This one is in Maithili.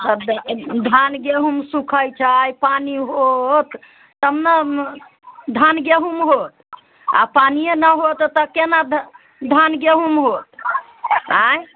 अब धान गेहूँ सुखैत छै पानि होयत तब ने धान गेहुँमे होयत आ पानिये नहि होयत तऽ केना धान गेहुँमे होयत आँय